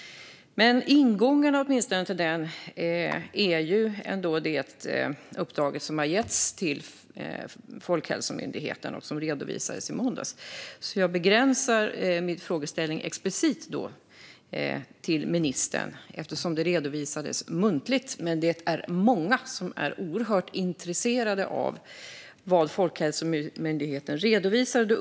Ingången till utredningen är det uppdrag som har getts till Folkhälsomyndigheten och som redovisades i måndags. Jag begränsar därför min frågeställning till ministern eftersom detta redovisades muntligt. Det är dock många som är oerhört intresserade av vad Folkhälsomyndigheten redovisade.